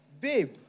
babe